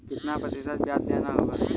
कितना प्रतिशत ब्याज देना होगा?